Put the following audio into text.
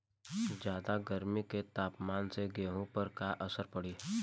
ज्यादा गर्मी के तापमान से गेहूँ पर का असर पड़ी?